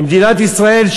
למדינת ישראל,